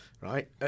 Right